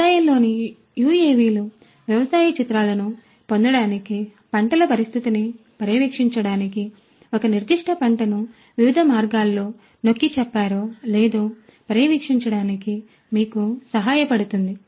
వ్యవసాయంలోని యుఎవిలు వ్యవసాయ చిత్రాలను పొందడానికి పంటల పరిస్థితిని పర్యవేక్షించడానికి ఒక నిర్దిష్ట పంటను వివిధ మార్గాల్లో నొక్కిచెప్పారో లేదో పర్యవేక్షించడానికి మీకు సహాయపడుతుంది